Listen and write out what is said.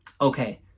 Okay